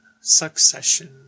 succession